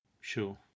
Sure